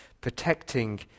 protecting